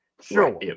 Sure